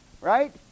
Right